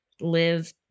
live